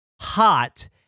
hot